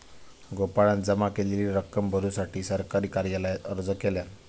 गोपाळान जमा केलेली रक्कम भरुसाठी सरकारी कार्यालयात अर्ज केल्यान